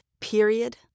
Period